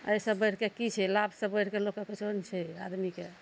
अइसँ बढ़िके की छै लाभसँ बढ़िके लोकके कुछो नहि छै आदमीके